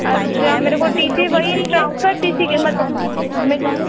अच्छा मेरे को टी सी वही ट्रांसफर टी सी मतलब मुझे